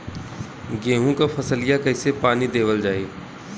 गेहूँक फसलिया कईसे पानी देवल जाई?